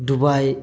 Dubai